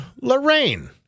Lorraine